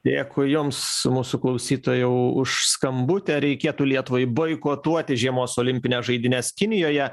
dėkui jums mūsų klausytojau už skambutį ar reikėtų lietuvai boikotuoti žiemos olimpines žaidynes kinijoje